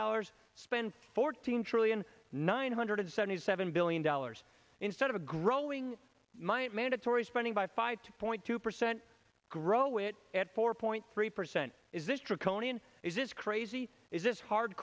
dollars spend fourteen trillion nine hundred seventy seven billion dollars instead of a growing mind mandatory spending by five point two percent grow it at four point three percent is this draconian is this crazy is this hard